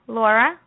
Laura